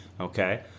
Okay